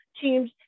teams